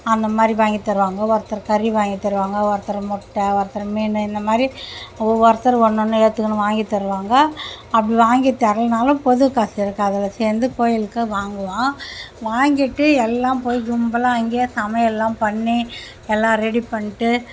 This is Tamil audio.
அந்த மாதிரி வாங்கி தருவாங்க ஒருத்தர் கறி வாங்கி தருவாங்க ஒருத்தர் முட்டை ஒருத்தர் மீன் இந்த மாதிரி ஒவ்வொருத்தர் ஒன்றொன்று ஏற்றுக்கின்னு வாங்கி தருவாங்க அப்படி வாங்கி தரலேனாலும் பொது காசு இருக்குது அதில் சேர்ந்து கோயிலுக்கு வாங்குவோம் வாங்கிட்டு எல்லாம் போய் கும்பலாக அங்கே சமையல்லாம் பண்ணி எல்லாம் ரெடி பண்ணிட்டு